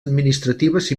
administratives